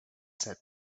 said